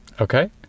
okay